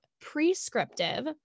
prescriptive